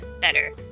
better